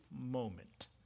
moment